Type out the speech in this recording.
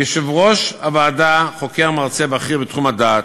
יושב-ראש הוועדה הוא חוקר, מרצה בכיר בתחום הדעת,